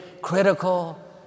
critical